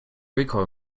recoil